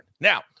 Now